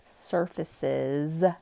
surfaces